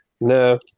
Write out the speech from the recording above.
No